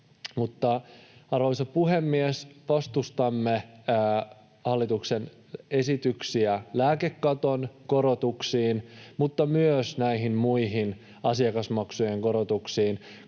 Arvoisa puhemies! Vastustamme hallituksen esityksiä lääkekaton korotuksiin mutta myös näihin muihin asiakasmaksujen korotuksiin,